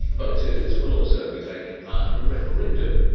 voters will also be taking part in a referendum,